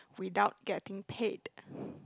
without getting paid